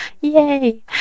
Yay